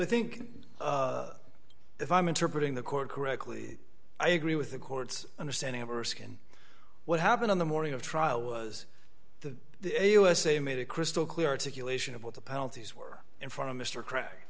i think if i'm interpreting the court correctly i agree with the court's understanding of risk and what happened on the morning of trial was the usa made it crystal clear articulation of what the penalties were in front of mr crack